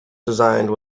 designed